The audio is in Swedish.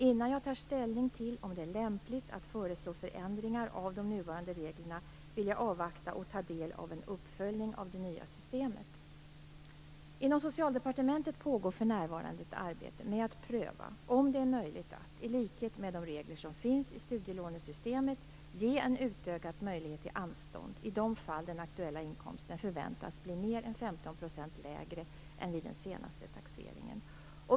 Innan jag tar ställning till om det är lämpligt att föreslå förändringar av de nuvarande reglerna vill jag avvakta och ta del av en uppföljning av det nya systemet. Inom Socialdepartementet pågår för närvarande ett arbete med att pröva om det är möjligt att - i likhet med de regler som finns i studielånesystemet - ge en utökad möjlighet till anstånd i de fall den aktuella inkomsten förväntas bli mer än 15 % lägre än vid den senaste taxeringen.